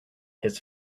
his